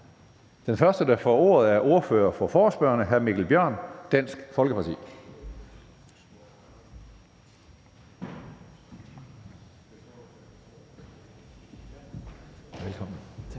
Den første, der får ordet, er ordfører for forespørgerne, hr. Mikkel Bjørn, Dansk Folkeparti. Velkommen. Kl.